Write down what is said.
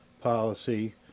Policy